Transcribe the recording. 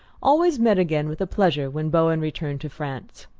always met again with pleasure when bowen returned to france.